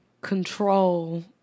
control